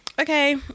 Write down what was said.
okay